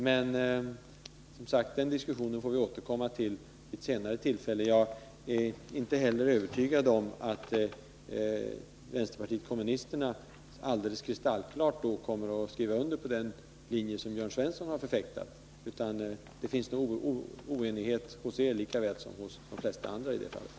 Men, som sagt, den diskussionen får vi återkomma till vid ett senare tillfälle. Jag är inte helt övertygad om att vänsterpartiet kommunisterna då kommer att gå på den linje som Jörn Svensson har förfäktat. Det finns nog oenighet hos er lika väl som hos de flesta andra i det fallet.